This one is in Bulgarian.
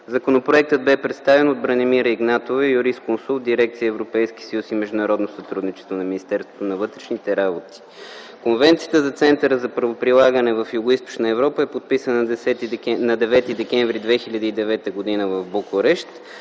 Законопроектът бе представен от Бранимира Игнатова – юрисконсулт в дирекция „Европейски съюз и международно сътрудничество” на Министерството на вътрешните работи. Конвенцията за Центъра за правоприлагане в Югоизточна Европа е подписана на 9 декември 2009 г. в Букурещ.